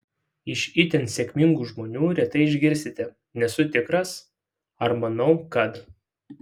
iš itin sėkmingų žmonių retai išgirsite nesu tikras ar manau kad